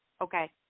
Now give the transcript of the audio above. Okay